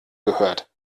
gehört